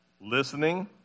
listening